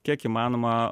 kiek įmanoma